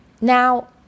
Now